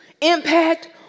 impact